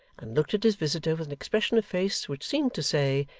and looked at his visitor with an expression of face which seemed to say,